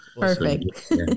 Perfect